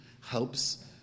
helps